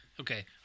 okay